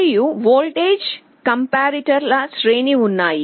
మరియు వోల్టేజ్ కంపారిటర్ల శ్రేణి ఉన్నాయి